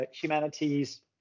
humanities